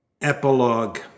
epilogue